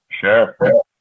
sure